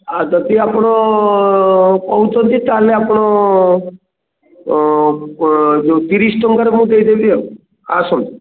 ଯଦି ଆପଣ କହୁଛନ୍ତି ତା'ହେଲେ ଆପଣ ଯେଉଁ ତିରିଶ ଟଙ୍କାରେ ମୁଁ ଦେଇଦେବି ହଁ ଆସନ୍ତୁ